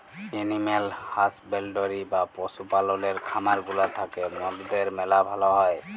animal husbandry বা পশু পাললের খামার গুলা থ্যাকে মরদের ম্যালা ভাল হ্যয়